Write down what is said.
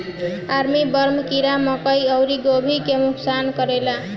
army worm कीड़ा मकई अउरी गोभी के भी नुकसान करेला